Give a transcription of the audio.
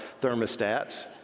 thermostats